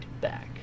back